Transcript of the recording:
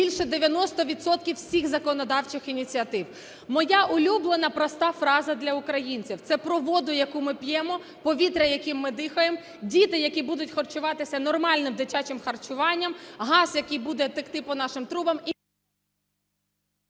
відсотків всіх законодавчих ініціатив. Моя улюблена проста фраза для українців - це про воду, яку ми п'ємо, повітря, яким ми дихаємо, діти, які будуть харчуватися нормальним дитячим харчуванням, газ, який буде текти по нашим трубам,